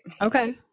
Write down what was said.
Okay